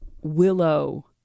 willow